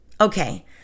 Okay